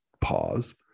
pause